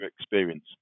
experience